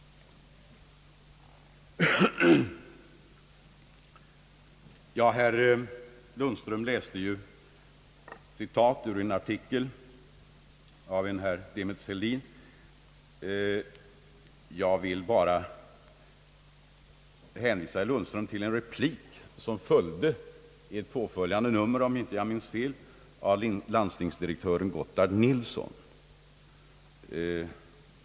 Herr Lundström läste ju upp ett citat ur en artikel av herr Demitz-Helin, men jag vill hänvisa till en replik som följde i ett påföljande nummer — om jag inte minns fel — av landstingsdirektören L. Gothard Nilsson.